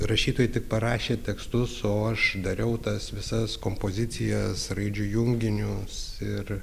rašytojai tik parašė tekstus o aš dariau tas visas kompozicijas raidžių junginius ir